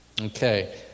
Okay